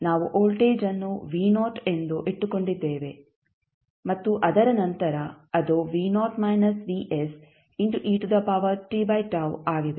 ನಾವು ವೋಲ್ಟೇಜ್ ಅನ್ನು ಎಂದು ಇಟ್ಟುಕೊಂಡಿದ್ದೇವೆ ಮತ್ತು ಅದರ ನಂತರ ಅದು ಆಗಿದೆ